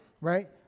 right